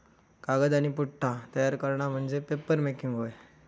कागद आणि पुठ्ठा तयार करणा म्हणजे पेपरमेकिंग होय